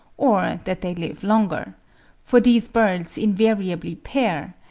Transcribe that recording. or that they live longer for these birds invariably pair,